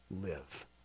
live